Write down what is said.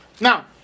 now